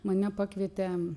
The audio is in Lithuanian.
mane pakvietė